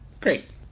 great